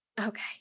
Okay